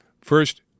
First